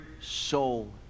soul